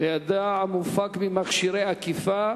לידע המופק ממכשירי אכיפה),